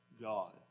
God